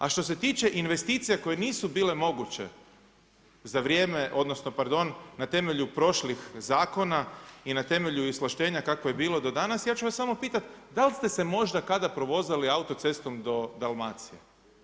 A što se tiče investicija koje nisu bile moguće za vrijeme, odnosno pardon, na temelju prošlih zakona i na temelju izvlaštenja kako je bilo do danas, ja ću vas samo pitati da li ste se možda kada provozali autocestom do Dalmacije?